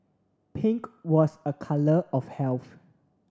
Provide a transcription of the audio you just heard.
pink was a colour of health